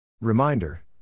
Reminder